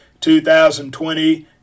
2020